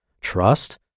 trust